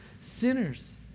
sinners